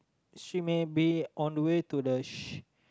she may be on the way to the sh~